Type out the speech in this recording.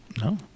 No